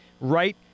right